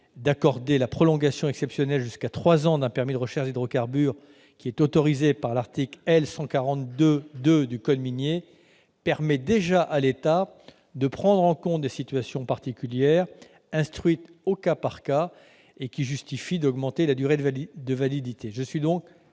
d'accorder la prolongation exceptionnelle jusqu'à trois ans d'un permis de recherches d'hydrocarbures, qui est autorisée par l'article L. 142-2 du code minier, permet déjà à l'État de prendre en compte des situations particulières, instruites au cas par cas, justifiant d'augmenter la durée de validité d'un